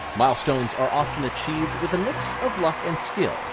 milestones are often achieved with a mix of luck and skill,